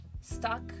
stuck